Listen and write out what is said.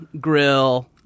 grill